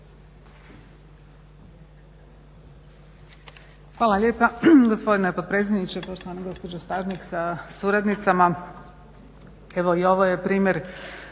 Hvala lijepa gospodine potpredsjedniče, poštovana gospođo Stažnik sa suradnicama. Evo i ovo je primjer